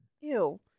Ew